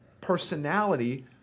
personality